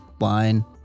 wine